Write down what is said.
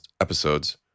episodes